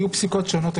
היו פסיקות שונות,